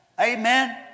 Amen